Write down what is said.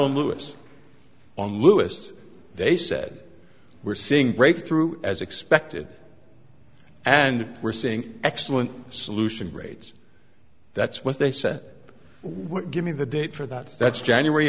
on lewis on lewis they said we're seeing breakthrough as expected and we're seeing excellent solution rates that's what they said what give me the date for that starts january